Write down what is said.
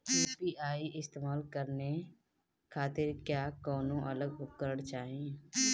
UPI इस्तेमाल करने खातिर क्या कौनो अलग उपकरण चाहीं?